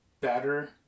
better